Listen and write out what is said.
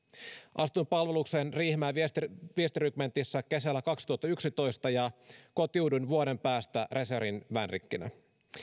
astuin palvelukseen riihimäen viestirykmentissä viestirykmentissä kesällä kaksituhattayksitoista ja kotiuduin vuoden päästä reservin vänrikkinä